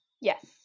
Yes